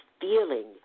feeling